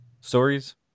stories